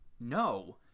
no